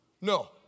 No